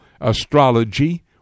astrology